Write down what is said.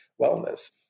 wellness